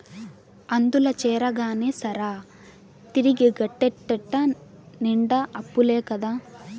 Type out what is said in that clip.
అందుల చేరగానే సరా, తిరిగి గట్టేటెట్ట నిండా అప్పులే కదా